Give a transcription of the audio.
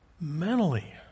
mentally